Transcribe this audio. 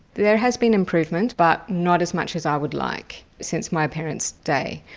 there has been improvement but not as much as i would like, since my parents day.